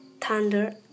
thunder